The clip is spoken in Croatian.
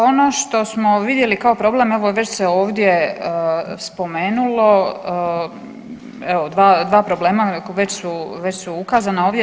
Ono što smo vidjeli kao problem evo već se ovdje spomenulo, evo dva problema, već su ukazana ovdje.